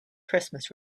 christmas